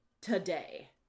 today